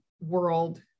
world